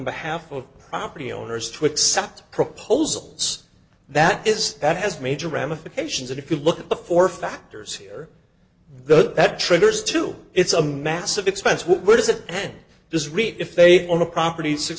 the behalf of property owners to accept proposals that is that has major ramifications and if you look at the four factors here though that triggers two it's a massive expense where does it end this rate if they go on the property six